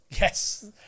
Yes